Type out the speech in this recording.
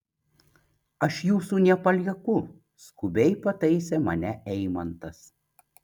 aš jūsų nepalieku skubiai pataisė mane eimantas